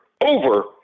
over